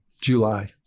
July